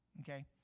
okay